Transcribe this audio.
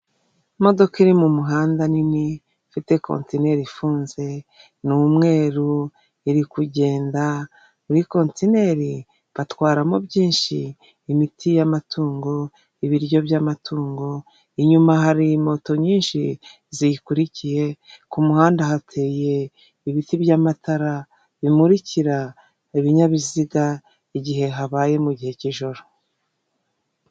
Imodoka iri mu muhanda nini ifite kontineri ifunze, ni umweru, iri kugenda muri kontineri batwaramo byinshi, imiti y'amatungo, ibiryo by'amatungo, inyuma hari moto nyinshi ziyikurikiye, ku muhanda hateye ibiti by'amatara, bimurikira ibinyabiziga igihe habaye mugihe cy'ijoro.